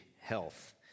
Health